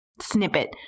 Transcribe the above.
snippet